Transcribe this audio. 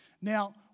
Now